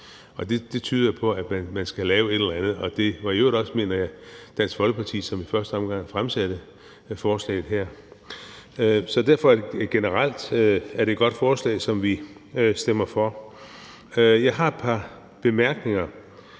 og det tyder jo på, at man skal gøre et eller andet. Det var i øvrigt også, mener jeg, Dansk Folkeparti, som i første omgang fremsatte et lignende forslag. Derfor vil jeg sige, at det generelt er et godt forslag, som vi stemmer for. Jeg har et par bemærkninger.